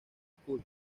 school